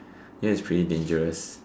ya it's pretty dangerous